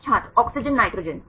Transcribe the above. छात्र oxygen nitrogen